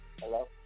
Hello